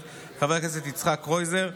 של חבר הכנסת יצחק קרויזר.